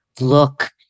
look